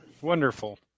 Wonderful